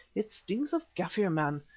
it stinks of kaffir man,